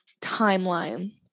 timeline